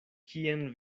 kien